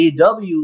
AW